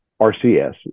RCS